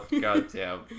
Goddamn